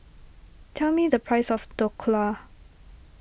tell me the price of Dhokla